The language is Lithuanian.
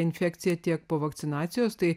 infekcija tiek po vakcinacijos tai